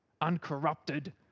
uncorrupted